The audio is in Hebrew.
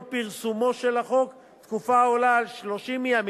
פרסומו של החוק תקופה העולה על 30 ימים.